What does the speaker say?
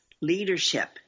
leadership